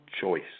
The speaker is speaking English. choice